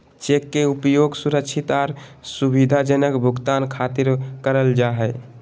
cheque के उपयोग सुरक्षित आर सुविधाजनक भुगतान खातिर करल जा हय